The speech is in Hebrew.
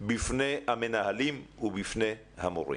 בפני המנהלים ובפני המורים.